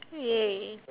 !yay!